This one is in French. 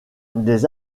des